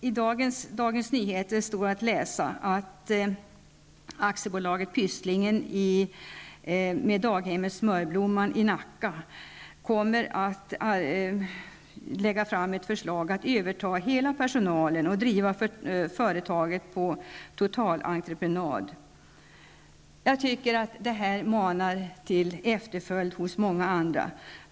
I Dagens Nyheter i dag står det att läsa att AB Pysslingen med daghemmet Smörblomman i Nacka kommer att lägga fram ett förslag om att överta hela personalen och driva företaget på totalentreprenad. Det här manar till efterföljd hos många andra.